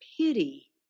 pity